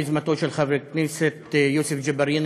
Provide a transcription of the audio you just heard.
ביוזמתו של חבר הכנסת יוסף ג'בארין,